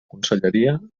conselleria